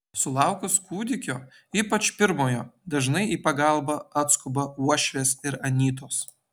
sulaukus kūdikio ypač pirmojo dažnai į pagalbą atskuba uošvės ir anytos